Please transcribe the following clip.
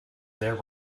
their